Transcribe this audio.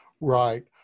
Right